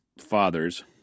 father's